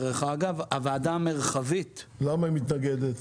דרך אגב הוועדה המרחבית --- למה היא מתנגדת?